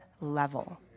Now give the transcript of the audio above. level